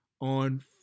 on